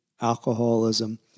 alcoholism